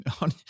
on